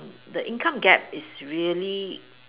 the income gap is really